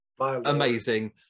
amazing